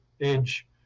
edge